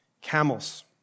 camels